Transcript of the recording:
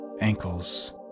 ankles